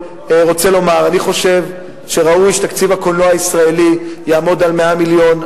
רוצה לומר: אני חושב שראוי שתקציב הקולנוע הישראלי יעמוד על 100 מיליון.